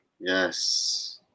Yes